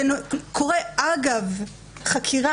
זה קורה אגב חקירה,